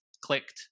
clicked